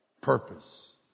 purpose